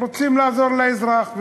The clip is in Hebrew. רוצים לעזור לאזרח,